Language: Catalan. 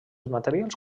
materials